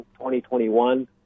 2021